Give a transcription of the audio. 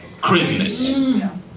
craziness